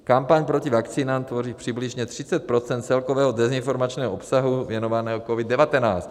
Kampaň proti vakcínám tvoří přibližně 30 % celkového dezinformačního obsahu věnovaného COVID19.